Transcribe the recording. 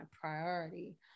priority